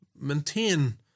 maintain